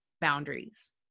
boundaries